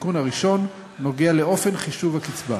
התיקון הראשון נוגע לאופן חישוב הקצבה.